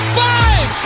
five